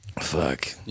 Fuck